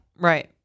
Right